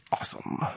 Awesome